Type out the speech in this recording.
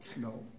No